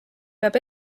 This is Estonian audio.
peab